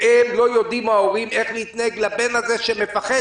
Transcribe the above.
וההורים לא יודעים איך להתנהג עם הבן הזה שמפחד.